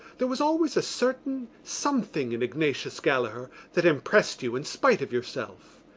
there was always a certain. something in ignatius gallaher that impressed you in spite of yourself.